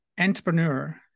entrepreneur